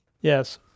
Yes